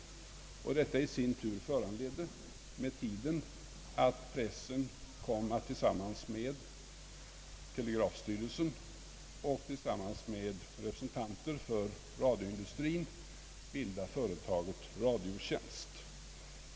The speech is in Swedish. Det föranledde i sin tur att pressen så småningom kom att tillsammans med telegrafstyrelsen och representanter för radioindustrien bilda företaget Radiotjänst.